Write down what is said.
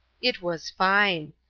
it was fine.